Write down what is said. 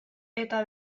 eta